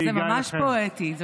זה ממש פואטי.